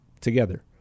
together